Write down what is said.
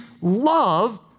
love